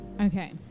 okay